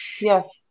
Yes